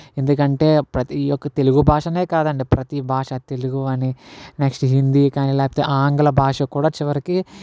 ఎందుకంటే ప్రతి ఈ యొక్క తెలుగు భాష కాదండి ప్రతి భాష తెలుగు అని నెక్స్టు హిందీ కానీ లేకపోతే ఆంగ్ల భాష కూడా చివరికి